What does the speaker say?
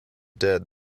dead